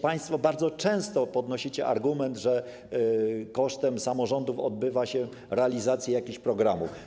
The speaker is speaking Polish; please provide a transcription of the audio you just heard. Państwo bardzo często podnosicie argument, że kosztem samorządów odbywa się realizacja jakichś programów.